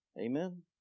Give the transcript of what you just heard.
Amen